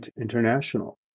International